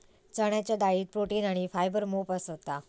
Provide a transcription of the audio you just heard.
चण्याच्या डाळीत प्रोटीन आणी फायबर मोप असता